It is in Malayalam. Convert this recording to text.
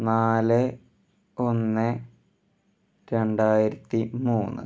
നാല് ഒന്ന് രണ്ടായിരത്തി മൂന്ന്